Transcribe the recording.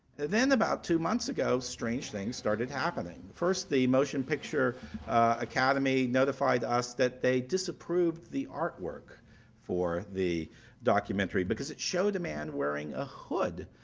then about two months ago, strange things started happening. first the motion picture academy notified us that they disapproved the artwork for the documentary, because it showed a man wearing a hood.